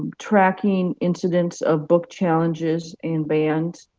tracking incidents of book challenges and bans.